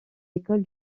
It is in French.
écoles